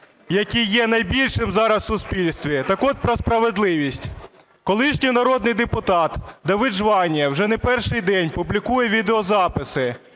який є найбільшим зараз в суспільстві. Так от, про справедливість. Колишній народний депутат Давид Жванія вже не перший день публікує відеозаписи,